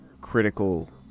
critical